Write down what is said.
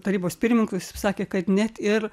tarybos pirmininku jis taip sakė kad net ir